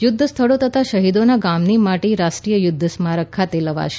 યુદ્ધ સ્થળો તથા શહીદોના ગામોની માટી રાષ્ટ્રીય યુદ્ધ સ્મારક ખાતે લવાશે